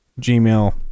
Gmail